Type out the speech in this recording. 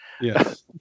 Yes